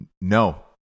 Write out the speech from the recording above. No